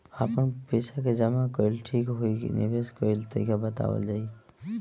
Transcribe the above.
आपन पइसा के जमा कइल ठीक होई की निवेस कइल तइका बतावल जाई?